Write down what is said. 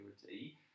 security